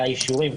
האישורים,